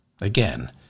again